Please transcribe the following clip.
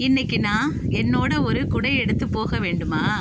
இன்றைக்கு நான் என்னோடய ஒரு குடை எடுத்து போக வேண்டுமா